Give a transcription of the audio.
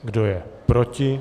Kdo je proti?